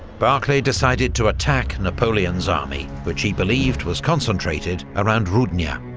barclay decided to attack napoleon's army, which he believed was concentrated around rudnya.